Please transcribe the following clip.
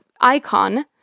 icon